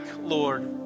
Lord